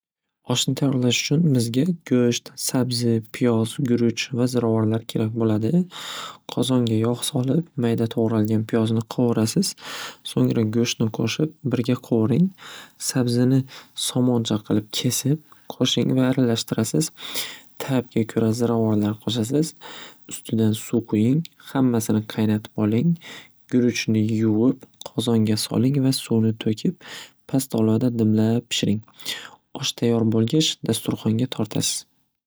Oshni tayyorlash uchun bizga go'sht, sabzi, piyoz, guruch va ziravorlar kerak bo'ladi. Qozonga yog' solib, mayda tog'ralgan piyozni qovurasiz. So'ngra go'shtni qo'shib, birga qovuring. Sabzini somoncha qilib kesib, qo'shing va aralashtirasiz. Tabga ko'ra ziravorlar qo'shasiz, ustidan suv quying hammasini qaynatib oling, guruchni yuvib qozonga soling va suvni to'kib past olovda dimlaab pishiring. Osh tayyor bo'lgach dasturxonga tortasiz.